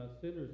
sinners